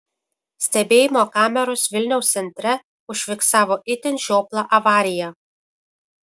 stebėjimo kameros vilniaus centre užfiksavo itin žioplą avariją